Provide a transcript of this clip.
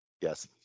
Yes